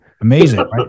Amazing